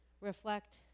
reflect